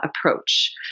approach